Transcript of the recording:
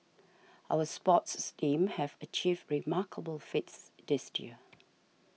our sports steam have achieved remarkable feats this year